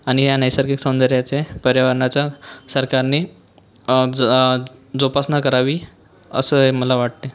आणि या नैसर्गिक सौंदर्याचे पर्यावरणाचा सरकारनी ज जोपासना करावी असे मला वाटते